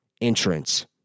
entrance